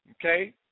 Okay